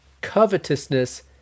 covetousness